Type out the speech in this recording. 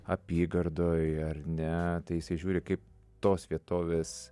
apygardoj ar ne tai jisai žiūri kaip tos vietovės